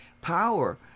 power